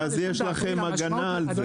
ואז יש לכם הגנה על זה.